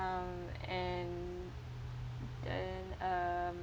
um and and uh